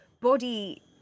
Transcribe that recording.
body